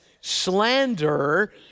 slander